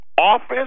Office